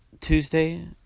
Tuesday